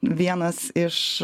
vienas iš